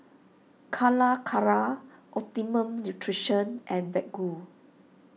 Calacara Optimum Nutrition and Baggu